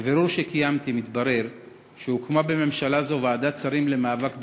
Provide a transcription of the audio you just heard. מבירור שקיימתי מתברר שהוקמה בממשלה זו ועדת שרים למאבק באלימות,